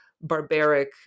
barbaric